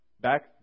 back